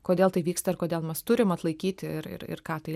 kodėl tai vyksta ir kodėl mes turim atlaikyti ir ir ką tai